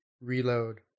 reload